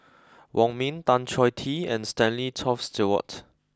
Wong Ming Tan Choh Tee and Stanley Toft Stewart